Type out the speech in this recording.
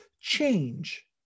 change